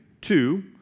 Two